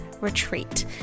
retreat